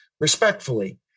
respectfully